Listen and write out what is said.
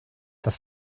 das